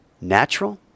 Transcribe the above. natural